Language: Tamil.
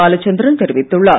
பாலசந்திரன் தெரிவித்துள்ளார்